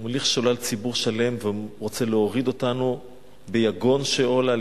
מוליך שולל ציבור שלם ורוצה להוריד אותנו ביגון שאולה,